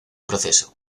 proceso